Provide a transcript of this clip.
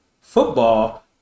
football